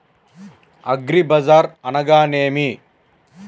అగ్రిబజార్ అనగా నేమి?